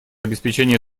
обеспечения